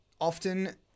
often